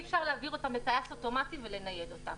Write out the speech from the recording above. אפשר להעביר אותם בטייס אוטומטי ולנייד אותם.